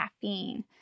caffeine